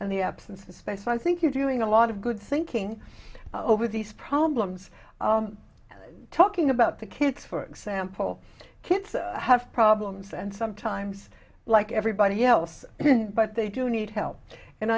and the absence of space i think you're doing a lot of good thinking over these problems and talking about the kids for example kids have problems and sometimes like everybody else but they do need help and